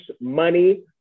money